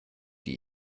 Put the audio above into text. die